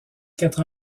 quatre